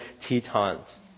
Tetons